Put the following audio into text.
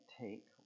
take